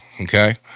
Okay